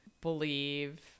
believe